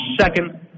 second